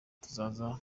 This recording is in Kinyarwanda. tuzaza